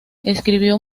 escribió